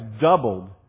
doubled